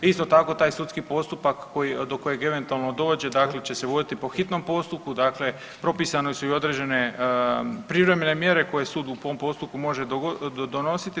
Isto tako taj sudski postupak do kojeg eventualno dođe dakle će se voditi po hitnom postupku, dakle propisane su i određene privremene mjere koje sud u tom postupku može donositi.